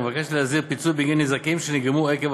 לסדר-היום מבקשת להסדיר פיצוי בגין נזקים שנגרמו עקב